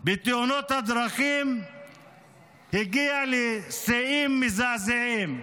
בתאונות הדרכים הגיע לשיאים מזעזעים,